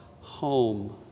home